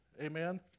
Amen